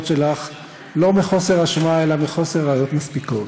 שלך לא מחוסר אשמה אלא מחוסר ראיות מספיקות.